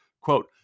Quote